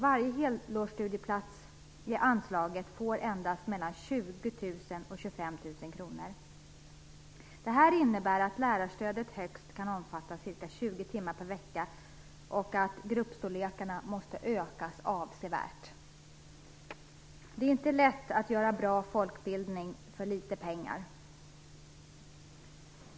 Varje helårsstudieplats får i anslaget nämligen endast mellan 20 000 kr och 25 000 kr. Det innebär att lärarstödet högst kan omfatta ca 20 timmar per vecka och att gruppstorlekarna måste ökas avsevärt. Det är inte lätt att göra bra folkbildning för litet pengar.